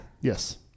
Yes